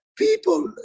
People